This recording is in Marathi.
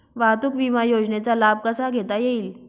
वाहतूक विमा योजनेचा लाभ कसा घेता येईल?